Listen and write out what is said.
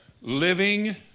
Living